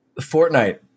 Fortnite